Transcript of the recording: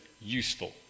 useful